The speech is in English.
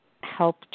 help